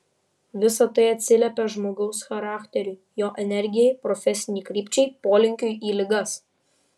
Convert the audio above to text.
visa tai atsiliepia žmogaus charakteriui jo energijai profesinei krypčiai polinkiui į ligas